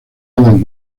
dan